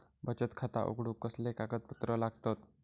बचत खाता उघडूक कसले कागदपत्र लागतत?